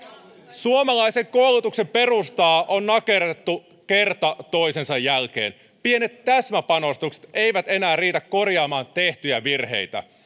suomalaisen koulutuksen perustaa on nakerrettu kerta toisensa jälkeen pienet täsmäpanostukset eivät enää riitä korjaamaan tehtyjä virheitä